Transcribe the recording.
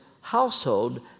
household